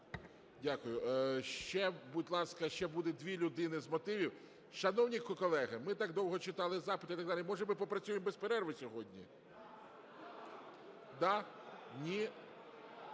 Ще, будь ласка, ще буде дві людини з мотивів. Шановні колеги, ми так довго читали запити, може ми попрацюємо без перерви сьогодні? Да? Ні?